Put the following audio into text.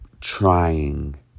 trying